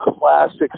classic